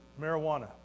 marijuana